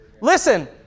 Listen